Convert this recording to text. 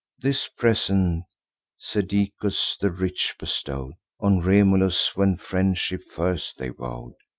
this present caedicus the rich bestow'd on remulus, when friendship first they vow'd,